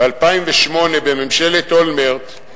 ב-2008, בממשלת אולמרט,